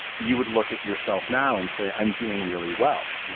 you would look at yourself now and say, i'm doing really well.